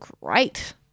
great